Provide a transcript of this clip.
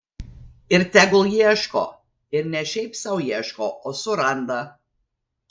ir tegul ieško ir ne šiaip sau ieško o suranda